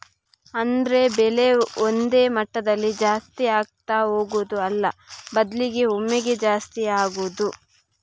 ಅಂದ್ರೆ ಬೆಲೆ ಒಂದೇ ಮಟ್ಟದಲ್ಲಿ ಜಾಸ್ತಿ ಆಗ್ತಾ ಹೋಗುದು ಅಲ್ಲ ಬದ್ಲಿಗೆ ಒಮ್ಮೆಗೇ ಜಾಸ್ತಿ ಆಗುದು